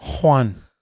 Juan